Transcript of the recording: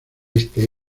este